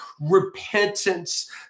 Repentance